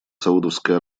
саудовская